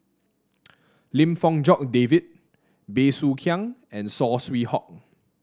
Lim Fong Jock David Bey Soo Khiang and Saw Swee Hock